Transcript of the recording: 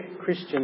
Christian